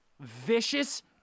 vicious